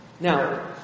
Now